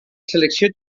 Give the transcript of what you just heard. selecció